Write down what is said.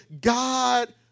God